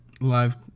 live